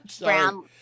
brown